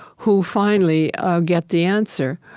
who finally get the answer